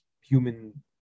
human